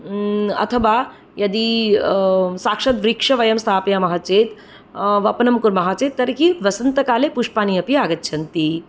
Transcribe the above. अथवा यदि साक्षत् वृक्षं वयं स्थापयामः चेत् वपनं कुर्मः चेत् तर्हि वसन्तकाले पुष्पाणि अपि आगच्छन्ति